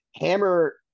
Hammer